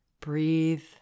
breathe